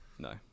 No